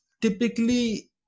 typically